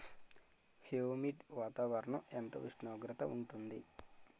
Humid వాతావరణం ఎంత ఉష్ణోగ్రత ఉంటుంది?